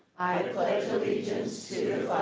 pledge allegiance to